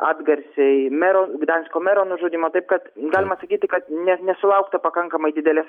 atgarsiai mero gdansko mero nužudymo taip kad galima sakyti kad ne nesulaukta pakankamai didelės